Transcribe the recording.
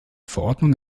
verordnung